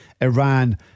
Iran